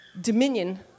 dominion